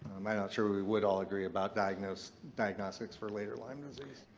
i'm ah not sure we would all agree about diagnostics diagnostics for later lyme disease.